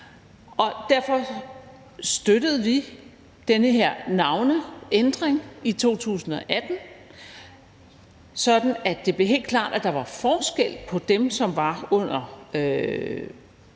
Derfor støttede vi den her navneændring i 2018, sådan at det blev helt klart, at der var forskel på dem, som var under loven